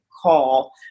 call